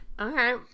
Okay